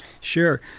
Sure